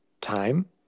time